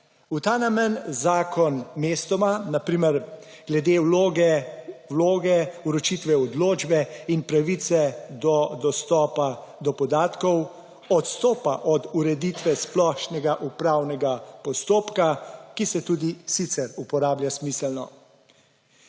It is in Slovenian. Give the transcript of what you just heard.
V ta namen zakon mestoma, na primer glede vloge, vročitve odločbe in pravice do dostopa do podatkov, odstopa od ureditve splošnega upravne postopka, ki se tudi sicer uporablja smiselno.